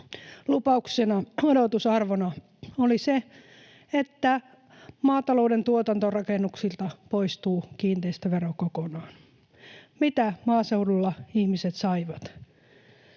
Lupauksena, odotusarvona oli se, että maatalouden tuotantorakennuksilta poistuu kiinteistövero kokonaan. Mitä maaseudulla ihmiset saivat?